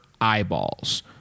eyeballs